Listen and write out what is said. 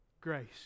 grace